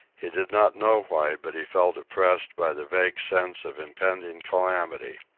he did not know why, but he felt oppressed by the vague sense of impending calamity.